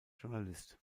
journalist